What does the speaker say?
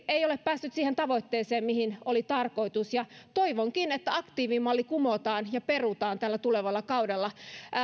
ei ole päässyt siihen tavoitteeseen mihin oli tarkoitus ja toivonkin että aktiivimalli kumotaan ja perutaan tällä tulevalla kaudella